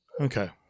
Okay